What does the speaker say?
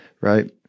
right